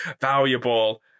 valuable